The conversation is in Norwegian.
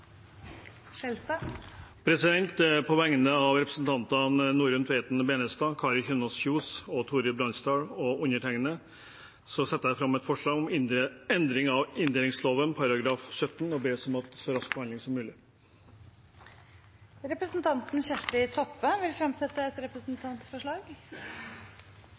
På vegne av representantene Norunn Tveiten Benestad, Kari Kjønaas Kjos, Torhild Bransdal og meg selv vil jeg sette fram et forslag om endring av inndelingsloven § 17 og ber om så rask behandling som mulig. Representanten Kjersti Toppe vil fremsette et representantforslag.